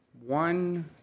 One